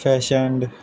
fashioned